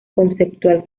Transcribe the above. conceptual